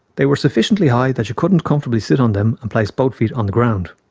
they were sufficiently high that you couldn't comfortably sit on them and place both feet on the ground.